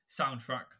Soundtrack